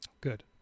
Good